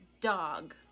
Dog